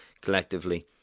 collectively